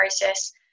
process